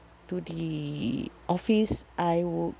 to the office I would